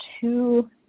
two